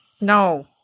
no